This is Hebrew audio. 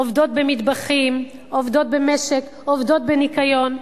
עובדות במטבחים, עובדות במשק, עובדות בניקיון.